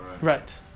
Right